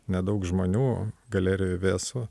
nedaug žmonių galerijoj vėsu